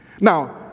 Now